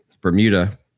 bermuda